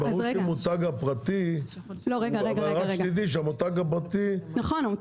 רק תדעי שהמותג הפרטי גם משפיע על המחירים,